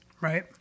Right